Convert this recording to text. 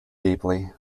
deeply